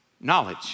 knowledge